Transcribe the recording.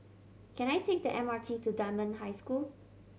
can I take the M R T to Dunman High School